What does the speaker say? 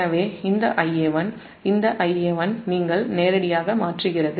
எனவே இந்த Ia1 நேரடியாக மாற்றுகிறது